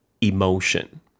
emotion